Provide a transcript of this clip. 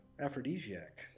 aphrodisiac